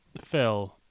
phil